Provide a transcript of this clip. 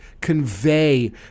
convey